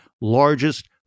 largest